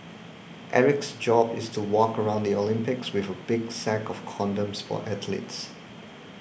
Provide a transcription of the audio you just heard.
Eric's job is to walk around the Olympics with a big sack of condoms for athletes